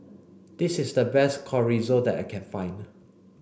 this is the best Chorizo that I can find